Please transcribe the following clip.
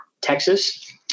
Texas